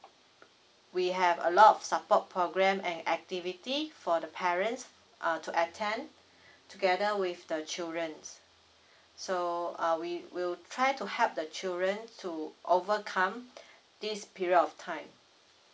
we have a lot of support programme and activity for the parents uh to attend together with the childrens so uh we will try to help the children to overcome this period of time